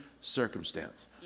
circumstance